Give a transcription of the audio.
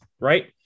right